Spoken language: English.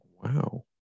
Wow